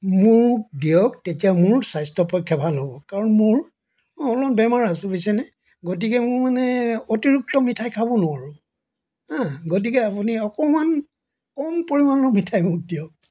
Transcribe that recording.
মোক দিয়ক তেতিয়া মোৰ স্বাস্থ্য পক্ষে ভাল হ'ব কাৰণ মোৰ অলপ বেমাৰ আছে বুজিছেনে গতিকে মোৰ মানে অতিৰিক্ত মিঠাই খাব নোৱাৰো গতিকে আপুনি অকণমান কম পৰিমাণৰ মিঠাই মোক দিয়ক